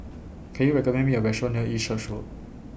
Can YOU recommend Me A Restaurant near East Church Road